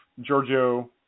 Giorgio